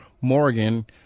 Morgan